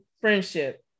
friendship